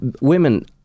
women